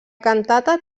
cantata